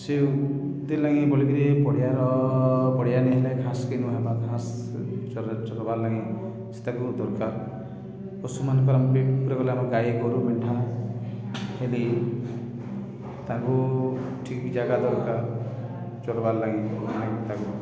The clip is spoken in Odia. ସେଥିର୍ଲାଗି ବୋଲିକିରି ପଡ଼ିଆର ପଡ଼ିଆ ନେଇ ହେଲେ ଘାସକେ ନାଇଁ ହେବା ଘାସ ଚଲବାର୍ ଲାଗି ସେ ତାକୁ ଦରକାର ପଶୁମାନଙ୍କର ମ୍ପେରେ ଗଲେ ଆମ ଗାଈ ଗୋରୁ ମେଣ୍ଢା ହେନ ତାଙ୍କୁ ଠିକ୍ ଜାଗା ଦରକାର ଚଲବାର୍ ଲାଗି ତାକୁ